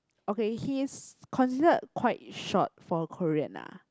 okay he is considered quite short for a Korean ah